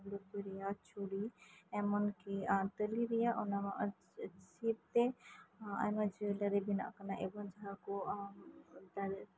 ᱞᱩᱛᱩᱨ ᱨᱮᱭᱟᱜ ᱡᱷᱩᱨᱤ ᱮᱢᱚᱱᱠᱤ ᱟᱨ ᱛᱟᱞᱤ ᱨᱮᱭᱟᱜ ᱥᱤᱨᱛᱮ ᱟᱭᱢᱟ ᱡᱩᱭᱮᱞᱟᱨᱤ ᱵᱮᱱᱟᱜ ᱠᱟᱱᱟ ᱮᱵᱚᱝ ᱡᱟᱦᱟᱸᱠᱩ ᱰᱟᱣᱨᱮᱴ